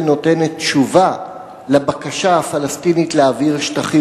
נותנת תשובה על הבקשה הפלסטינית להעביר שטחים.